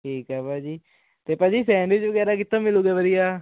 ਠੀਕ ਹੈ ਭਾਜੀ ਅਤੇ ਭਾਅ ਜੀ ਸੈਂਡਵਿਚ ਵਗੈਰਾ ਕਿੱਥੋਂ ਮਿਲੂਗੇ ਵਧੀਆ